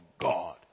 God